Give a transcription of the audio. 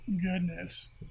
goodness